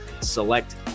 select